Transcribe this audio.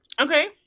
Okay